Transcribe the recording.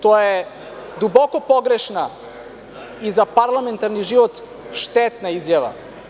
Tu je duboko pogrešna i za parlamentarni život štetna izjava.